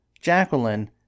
Jacqueline